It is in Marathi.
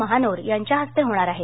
महानोर यांच्या हस्ते होणार आहे